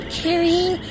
carrying